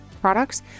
products